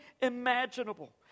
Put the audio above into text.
imaginable